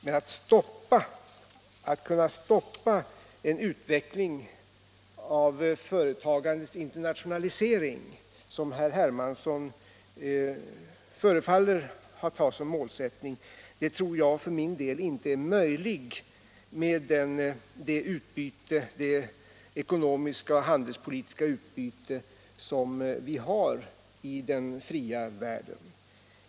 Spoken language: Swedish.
Men att stoppa en utveckling mot företags internationalisering, vilket herr Hermansson förefaller att ha som målsättning, tror jag inte är möjligt med det ekonomiska och handelspolitiska utbyte som vi har i den fria världen.